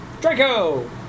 Draco